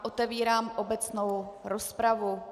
Otevírám obecnou rozpravu.